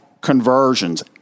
conversions